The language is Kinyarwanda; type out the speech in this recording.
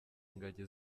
ingagi